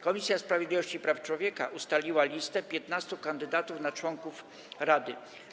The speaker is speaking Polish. Komisja Sprawiedliwości i Praw Człowieka ustaliła listę 15 kandydatów na członków rady.